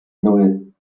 nan